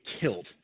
killed